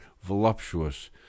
voluptuous